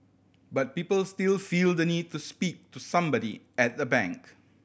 but people still feel the need to speak to somebody at the bank